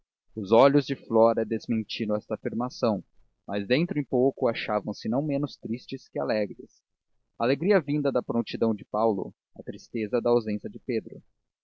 os olhos de flora desmentiram esta afirmação mas dentro em pouco achavam-se não menos tristes que alegres a alegria vinha da prontidão de paulo a tristeza da ausência de pedro